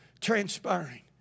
transpiring